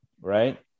right